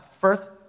first